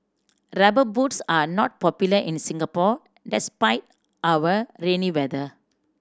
Rubber Boots are not popular in Singapore despite our rainy weather